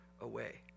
away